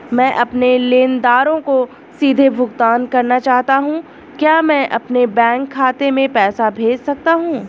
मैं अपने लेनदारों को सीधे भुगतान करना चाहता हूँ क्या मैं अपने बैंक खाते में पैसा भेज सकता हूँ?